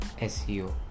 seo